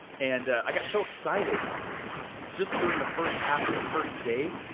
and i got so excited just during the first half of the first day,